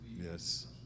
Yes